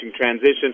transition